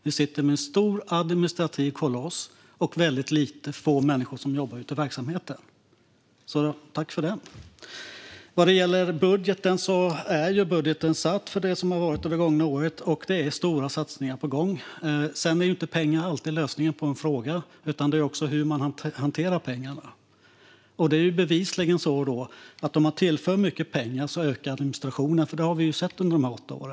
Vi sitter med en stor administrativ koloss men väldigt få människor som jobbar ute i verksamheten. Tack för det! När det gäller budgeten är den satt för det gångna året, och det är stora satsningar på gång. Sedan är pengar inte alltid lösningen på en fråga, utan det handlar också om hur man hanterar pengarna. Det är bevisligen så att om man tillför mycket pengar ökar administrationen; det har vi sett under dessa åtta år.